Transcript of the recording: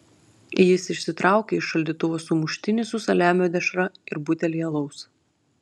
jis išsitraukė iš šaldytuvo sumuštinį su saliamio dešra ir butelį alaus